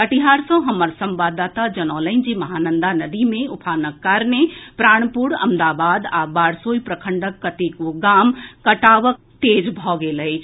कटिहार सँ हमर संवाददाता जनौलनि जे महानंदा नदी मे उफानक कारणे प्राणपुर अमदाबाद आ बारसोई प्रखंडक कतेको गाम कटाव तेज भऽ गेल अछि